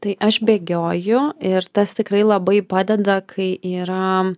tai aš bėgioju ir tas tikrai labai padeda kai yra